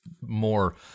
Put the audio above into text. more